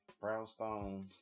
Brownstone